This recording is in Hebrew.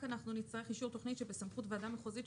נצטרך רק שתחדדו אישור תוכנית שבסמכות ועדה מחוזית,